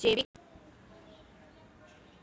जैविक शेतीमा मातीले पोषक गुण आणि किड वर अभ्यास करतस